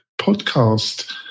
podcast